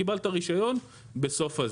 קיבלת רישיון בסוף.